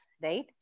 right